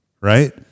Right